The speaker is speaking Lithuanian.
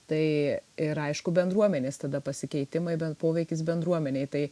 tai ir aišku bendruomenės tada pasikeitimai be poveikis bendruomenei tai